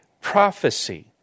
prophecy